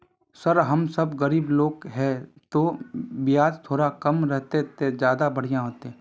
sir हम सब गरीब लोग है तो बियाज थोड़ा कम रहते तो ज्यदा बढ़िया होते